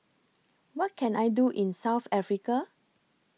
What Can I Do in South Africa